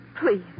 Please